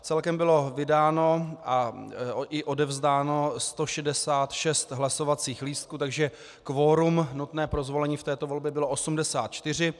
Celkem bylo vydáno i odevzdáno 166 hlasovacích lístků, takže kvorum nutné pro zvolení v této volbě bylo 84.